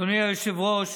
אדוני היושב-ראש,